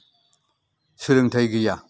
सोलोंथाइ गैया